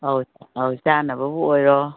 ꯑꯧ ꯑꯧ ꯆꯥꯅꯕꯕꯨ ꯑꯣꯏꯔꯣ